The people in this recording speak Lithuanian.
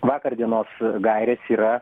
vakar dienos gairės yra